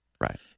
Right